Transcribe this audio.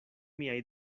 miaj